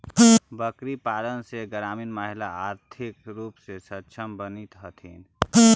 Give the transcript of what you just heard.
बकरीपालन से ग्रामीण महिला आर्थिक रूप से सक्षम बनित हथीन